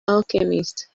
alchemist